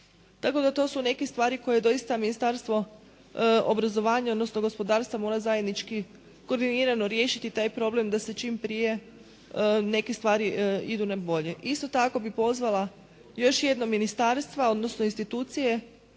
Tako da to su neke stvari koje doista Ministarstvo obrazovanja, odnosno gospodarstva mora zajednički koordinirano riješiti taj problem da se čim prije neke stvari idu na bolje. Isto tako bih pozvala još jedno ministarstvo, odnosno institucije